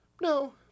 No